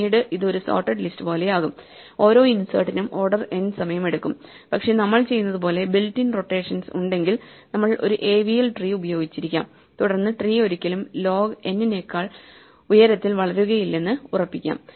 പിന്നീട് ഇത് ഒരു സൊർട്ടേഡ് ലിസ്റ്റ് പോലെയാകും ഓരോ ഇൻസെർട്ടിനും ഓർഡർ n സമയമെടുക്കും പക്ഷേ നമ്മൾ ചെയ്യുന്നതുപോലെ ബിൽറ്റ് ഇൻ റൊട്ടേഷൻസ് ഉണ്ടെങ്കിൽ നമ്മൾ ഒരു AVL ട്രീ ഉപയോഗിച്ചിരിക്കാം തുടർന്ന് ട്രീ ഒരിക്കലും ലോഗ് n നേക്കാൾ ഉയരത്തിൽ വളരുകയില്ലെന്ന് ഉറപ്പാക്കാം